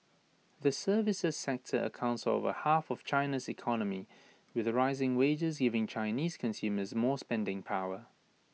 the services sector accounts for over half of China's economy with rising wages giving Chinese consumers more spending power